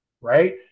Right